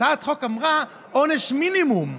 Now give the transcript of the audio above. הצעת החוק אמרה עונש מינימום,